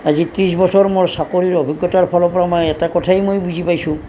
আজি ত্ৰিছ বছৰ মোৰ চাকৰিৰ অভিজ্ঞতাৰ ফালৰ পৰা মই এটা কথাই মই বুজি পাইছোঁ